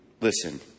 Listen